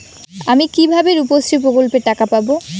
আমি কিভাবে রুপশ্রী প্রকল্পের টাকা পাবো?